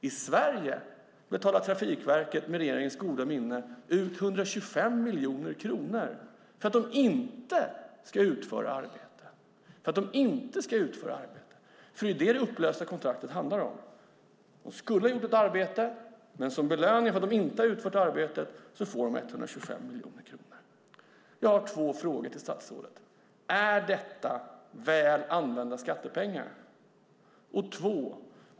I Sverige betalar Trafikverket med regeringens goda minne ut 125 miljoner kronor för att de inte ska utföra arbete. Det är nämligen det som det upplösta kontraktet handlar om. De skulle ha gjort ett arbete, men som belöning för att de inte har utfört arbetet får de 125 miljoner kronor. Jag har två frågor till statsrådet. Är detta väl använda skattepengar?